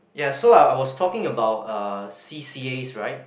ya so I I was talking about uh C_C_As rights